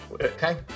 Okay